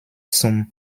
zum